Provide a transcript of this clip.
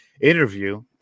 Interview